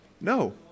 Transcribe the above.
No